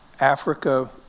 Africa